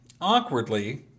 awkwardly